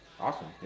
Awesome